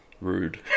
rude